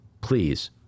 Please